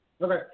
Okay